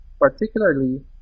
particularly